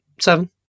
seven